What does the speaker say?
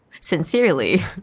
Sincerely